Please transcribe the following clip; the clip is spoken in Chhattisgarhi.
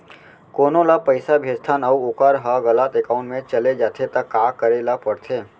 कोनो ला पइसा भेजथन अऊ वोकर ह गलत एकाउंट में चले जथे त का करे ला पड़थे?